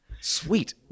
Sweet